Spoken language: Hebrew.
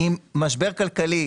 עם משבר כלכלי